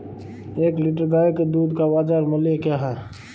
एक लीटर गाय के दूध का बाज़ार मूल्य क्या है?